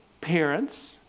Parents